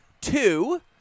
Two